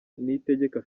niyitegeka